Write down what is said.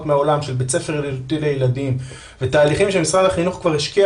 מהעולם של בית ספר --- לילדים ותהליכים שמשרד החינוך כבר השקיע